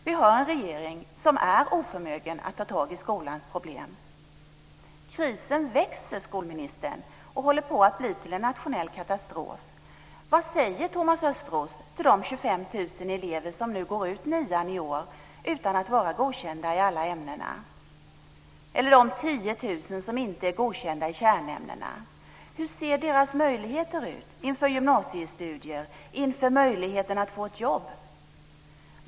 Vi har en regering som är oförmögen att ta tag i skolans problem. Krisen växer, skolministern, och håller på att bli till en nationell katastrof. Vad säger Thomas Östros till de 25 000 elever som går ut nian i år utan att vara godkända i alla ämnen, eller de 10 000 som inte är godkända i kärnämnena? Hur ser deras möjligheter ut inför gymnasiestudier och inför möjligheten att få ett jobb?